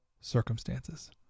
circumstances